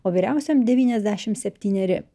o vyriausiam devyniasdešim septyneri